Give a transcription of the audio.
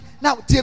Now